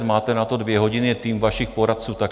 Máte na to dvě hodiny, tým vašich poradců také.